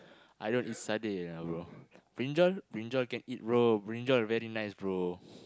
I don't eat sardine bro brinjal brinjal can eat raw brinjal very nice bro